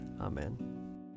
Amen